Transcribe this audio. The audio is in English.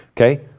Okay